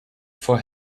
for